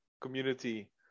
community